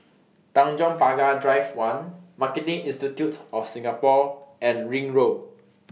Tanjong Pagar Drive one Marketing Institute of Singapore and Ring Road